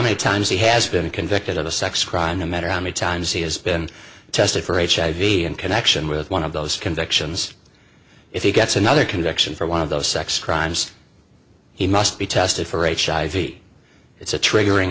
many times he has been convicted of a sex crime no matter how many times he has been tested for h l v in connection with one of those convictions if he gets another conviction for one of those sex crimes he must be tested for a charity it's a triggering